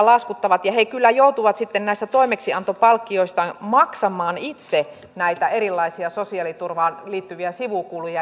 he kyllä joutuvat sitten näistä toimeksiantopalkkioistaan maksamaan itse näitä erilaisia sosiaaliturvaan liittyviä sivukuluja